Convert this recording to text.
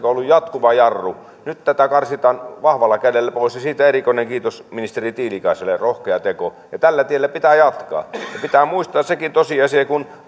on ollut jatkuva jarru nyt tätä karsitaan vahvalla kädellä pois ja siitä erikoinen kiitos ministeri tiilikaiselle rohkea teko ja tällä tiellä pitää jatkaa pitää muistaa sekin tosiasia